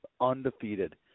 undefeated